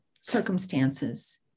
circumstances